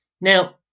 Now